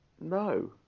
No